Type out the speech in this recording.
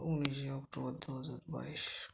উনিশে অক্টোবর দু হাজার বাইশ